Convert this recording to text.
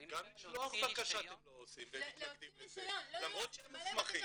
--- אני מדבר על להוציא רישיון -- למלא בקשה,